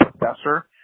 professor